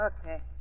Okay